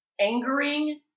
angering